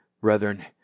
Brethren